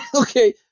okay